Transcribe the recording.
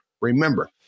remember